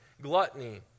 gluttony